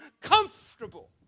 comfortable